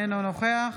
אינו נוכח